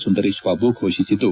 Sundaresh Babu ಫೋಷಿಸಿದ್ದು